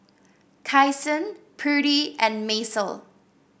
Kyson Prudie and Macel